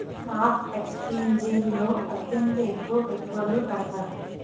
stock ఎక్స్చేంజిల్లో అత్యంత ఎక్కువ పెట్టుబడులు పెడతారు